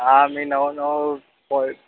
હા મેં નવો નવો